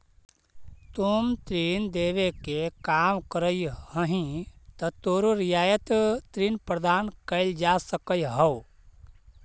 तुम ऋण देवे के काम करऽ हहीं त तोरो रियायत ऋण प्रदान कैल जा सकऽ हओ